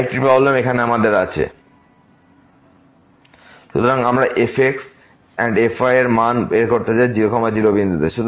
আর একটি প্রবলেম এখানে আমাদের আছে fxy2x33y3x2y2xy≠00 0elsewhere সুতরাং আমরা fx and fy এর মান বের করতে চাই 0 0 বিন্দুতে